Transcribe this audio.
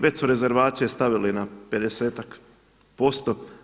Već su rezervacije stavili na pedesetak posto.